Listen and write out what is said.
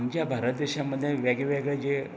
आमच्या भारत देशांमध्ये वेगळें वेगळें जें